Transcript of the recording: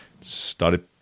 Started